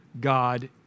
God